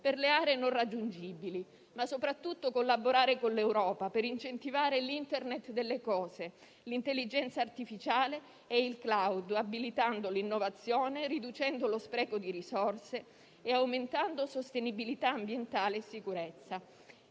per le aree non raggiungibili. Occorre soprattutto collaborare con l'Europa per incentivare l'Internet delle cose, l'intelligenza artificiale e il *cloud*, abilitando l'innovazione, riducendo lo spreco di risorse e aumentando sostenibilità ambientale e sicurezza.